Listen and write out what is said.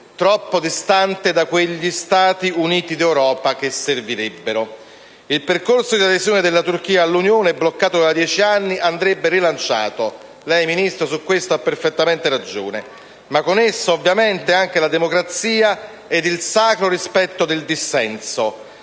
troppo distante da quegli Stati Uniti d'Europa che servirebbero. Il percorso di adesione della Turchia all'Unione, bloccato da dieci anni, andrebbe rilanciato - lei, Ministro, su questo ha perfettamente ragione - ma con esso anche la democrazia ed il sacro rispetto del dissenso,